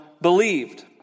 believed